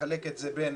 ונחלק את זה בין